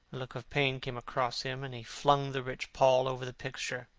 look of pain came across him, and he flung the rich pall over the picture.